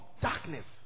darkness